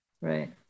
Right